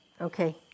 okay